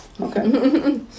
Okay